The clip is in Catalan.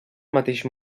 mateix